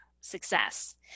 success